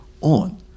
on